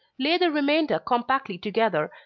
lay the remainder compactly together,